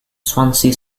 swansea